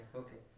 okay